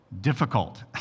difficult